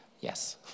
Yes